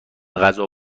غذا